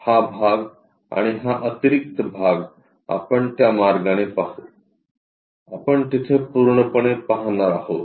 हा भाग आणि हा अतिरिक्त भाग आपण त्या मार्गाने पाहू आपण तिथे पूर्णपणे पाहणार आहोत